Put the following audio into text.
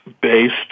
based